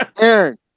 Aaron